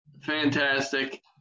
fantastic